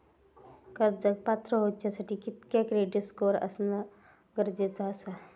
कर्जाक पात्र होवच्यासाठी कितक्या क्रेडिट स्कोअर असणा गरजेचा आसा?